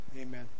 Amen